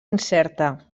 incerta